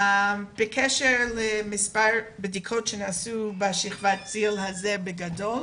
בקשר למספר הבדיקות שנעשו בשכבת הגיל הזו בגדול,